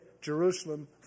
Jerusalem